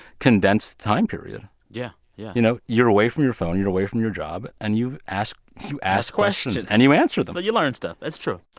condensed time period yeah, yeah you know, you're away from your phone. you're away from your job, and you ask you ask questions, and you answer them so you learn stuff. that's true.